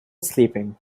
sleeping